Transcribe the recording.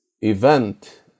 event